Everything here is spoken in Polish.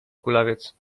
kulawiec